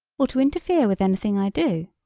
or to interfere with anything i do.